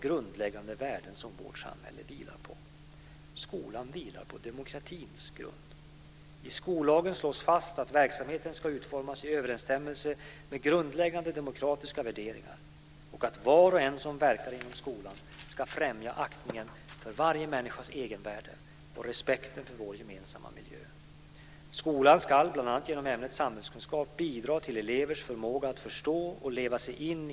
Men var finns barnet? Barnets behov lyser med sin frånvaro. Jag har inte fått något svar på frågan om att ta med familjedaghemmen i den allmänna förskolan.